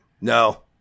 no